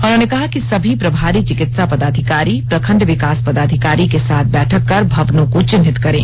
उन्होंने कहा कि सभी प्रभारी चिकित्सा पदाधिकारी प्रखंड विकास पदाधिकारी के साथ बैठक कर भवनों को चिह्नित करें